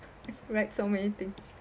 write so many thing